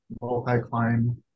multi-climb